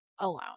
Alone